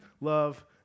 love